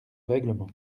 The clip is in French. règlement